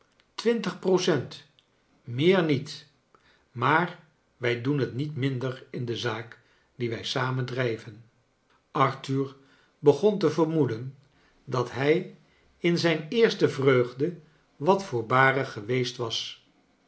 twintig procent meer niet maar wij doen het niet minder in de zaak die wij samen drijven arthur begon te vermoeden dat hij in zijn eerste vreugde wat voorbarig geweest was